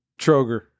troger